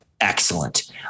Excellent